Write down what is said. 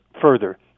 further